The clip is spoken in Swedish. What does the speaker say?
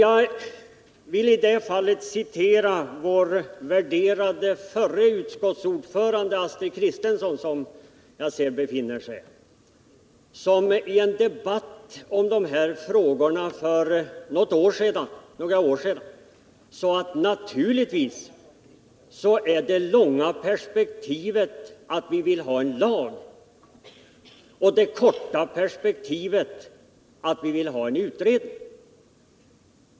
Jag vill i det fallet återge vad vår värderade förra utskottsordförande Astrid Kristensson, som jag ser befinner sig här, sade i en debatt om dessa frågor för några år sedan: Naturligtvis är det långa perspektivet att vi vill ha en lag och det korta perspektivet att vi vill ha en utredning.